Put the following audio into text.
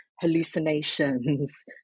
hallucinations